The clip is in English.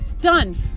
done